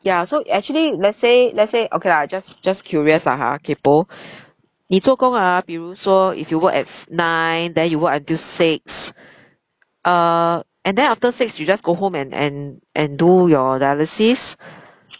ya so actually let's say let's say okay lah just just curious lah ha kaypoh 你做工啊比如说 if you work at nine then you work until six uh and then after six you just go home and and and do your dialysis